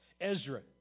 Ezra